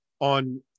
on